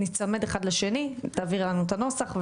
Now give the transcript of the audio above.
ניצמד אחד לשני, תעבירי לנו את הנוסח.